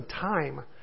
time